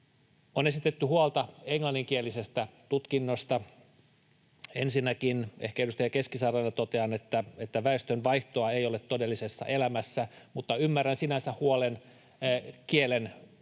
On esitetty huolta englanninkielisestä tutkinnosta. Ensinnäkin ehkä edustaja Keskisarjalle totean, että väestönvaihtoa ei ole todellisessa elämässä, mutta ymmärrän sinänsä huolen kielen asemasta.